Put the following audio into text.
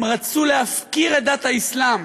הם רצו להפקיר את דת האסלאם.